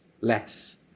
less